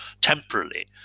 temporarily